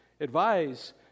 advise